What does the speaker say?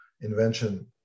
invention